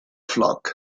flock